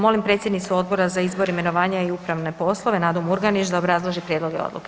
Molim predsjednicu Odbora za izbor, imenovanja i upravne poslove Nadu Murganić da obrazloži prijedloge odluke.